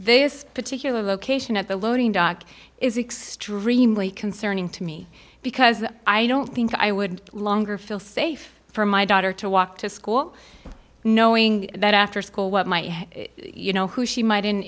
this particular location at the loading dock is extremely concerning to me because i don't think i would longer feel safe for my daughter to walk to school knowing that after school what might you know who she might in